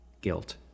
Guilt